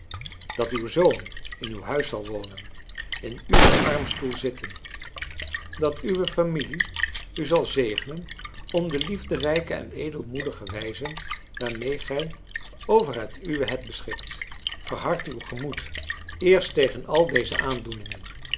dat uw zoon in uw huis zal wonen in uwen armstoel zitten dat uwe familie u zal zegenen om de liefderijke de edelmoedige wijze waarmee gij over het uwe hebt beschikt verhard uw gemoed eerst tegen al deze aandoeningen